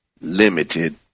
limited